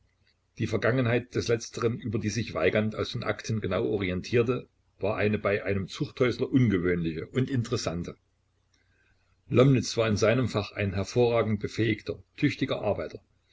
die vergangenheit des letzteren über die sich weigand aus den akten genau orientierte war eine bei einem zuchthäusler ungewöhnliche und interessante lomnitz war in seinem fach ein hervorragend befähigter tüchtiger arbeiter